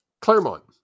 Claremont